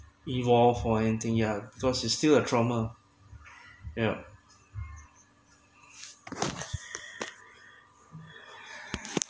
involved or anything yeah because is still a trauma yeah